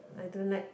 I don't like